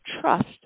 trust